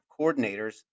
coordinators